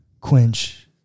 quench